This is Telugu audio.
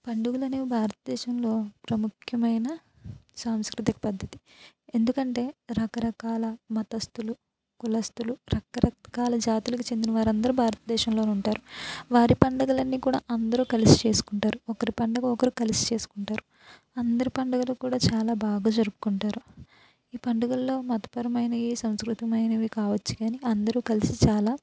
పండుగులనేవి భారతదేశంలో ప్రముఖ్యమైన సాంస్కృతిక పద్ధతి ఎందుకంటే రకరకాల మతస్థులు కులస్థులు రకరకాల జాతులకి చెందిన వారందరు భారతదేశంలోనుంటారు వారి పండగలన్నీ కూడా అందరు కలిసి చేసుకుంటారు ఒకరి పండగ ఒకరు కలిసి చేసుకుంటారు అందరి పండగలు కూడా చాలా బాగా జరుపుకుంటారు ఈ పండుగల్లో మతపరమైనయి సంస్కృతమైనవి కావచ్చు గానీ అందరూ కలిసి చాలా